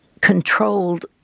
controlled